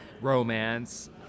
romance